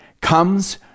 comes